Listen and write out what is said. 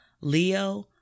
Leo